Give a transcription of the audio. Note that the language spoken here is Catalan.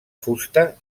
fusta